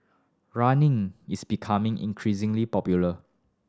running is becoming increasingly popular